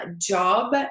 job